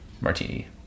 martini